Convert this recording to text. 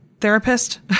therapist